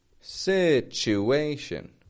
situation